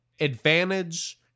Advantage